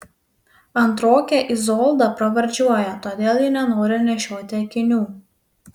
antrokę izoldą pravardžiuoja todėl ji nenori nešioti akinių